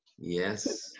Yes